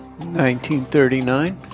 1939